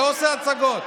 לא עושה הצגות.